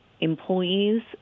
employees